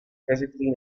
physically